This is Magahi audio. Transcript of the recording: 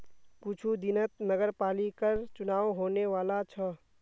कुछू दिनत नगरपालिकर चुनाव होने वाला छ